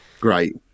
great